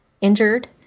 injured